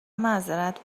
معذرت